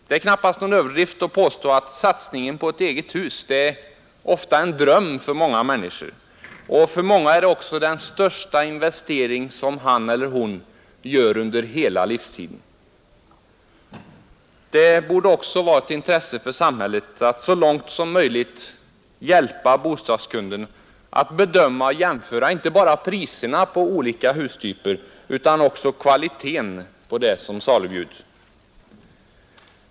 Det är knappast någon överdrift att påstå att satsningen på ett eget hus ofta är en dröm för många människor, och för många är det den största investering som han eller hon gör under hela livstiden. Det borde också vara av intresse för samhället att så långt som möjligt hjälpa bostadskunden att bedöma och jämföra inte bara priserna på olika hustyper utan också kvaliteten på det som salubjuds.